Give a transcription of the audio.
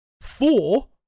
four